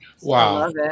wow